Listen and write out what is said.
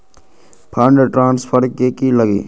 Fund transfer कि की लगी?